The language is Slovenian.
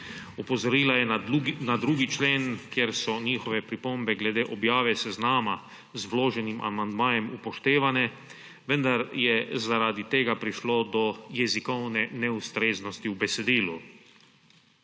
Opozorila je na 2. člen, kjer so njihove pripombe glede objave seznama z vloženim amandmajem upoštevane, vendar je zaradi tega prišlo do jezikovne neustreznosti v besedilu.